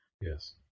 Yes